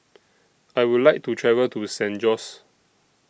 I Would like to travel to San Jose